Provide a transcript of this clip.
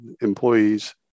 employees